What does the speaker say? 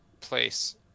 place